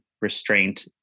restraint